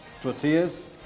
tortillas